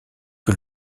que